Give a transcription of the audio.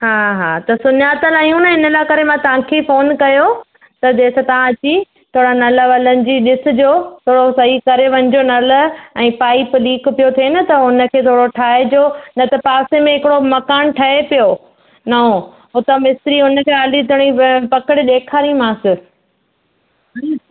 हा हा त सुञातल आहियूं न इन लाइ करे मां तव्हांखे फ़ोन कयो त जंहिं सां तव्हां अची थोरो नलु वलु अची ॾिसिजो थोरो सही करे वञिजो नलु ऐं पाइप लीक पियो थिए न त उनखे थोरो ठाहेजो न त पासे में हिकिड़ो मकानु ठहे पियो नओं उतां मिस्त्री हुनखे हाली खणी पकिड़े ॾेखारींदीमांसि